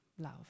love